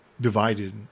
divided